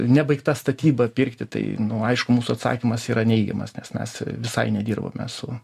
nebaigta statyba pirkti tai nu aišku mūsų atsakymas yra neigiamas nes mes visai nedirbame su